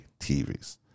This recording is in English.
TVs